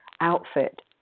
outfit